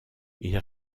ils